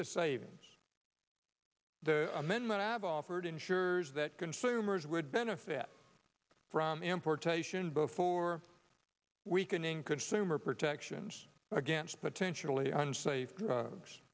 the savings the amendment have offered insurers that consumers would benefit from importation before weakening consumer protections against potentially unsafe